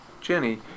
Jenny